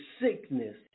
sickness